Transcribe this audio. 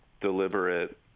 deliberate